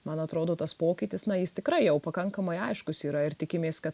man atrodo tas pokytis na jis tikrai jau pakankamai aiškus yra ir tikimės kad